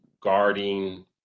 guarding